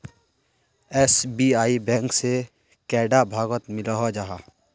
SBI bank से कैडा भागोत मिलोहो जाहा?